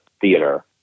theater